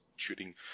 shooting